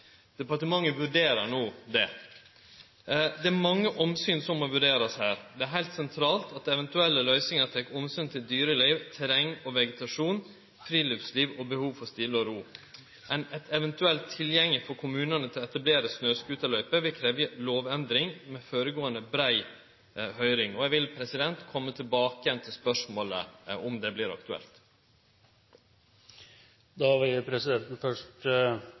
Departementet vurderer no det. Det er mange omsyn som må vurderast her. Det er heilt sentralt at eventuelle løysingar tek omsyn til dyreliv, terreng og vegetasjon, friluftsliv og behovet for stille og ro. Eit eventuelt tilgjenge for kommunane til å etablere snøscooterløyper vil krevje lovendring med føregåande brei høyring. Eg vil kome tilbake til spørsmålet om det vert aktuelt. Da vil presidenten først